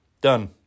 Done